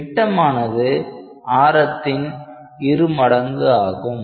விட்டமானது ஆரத்தின் இரு மடங்காகும்